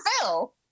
phil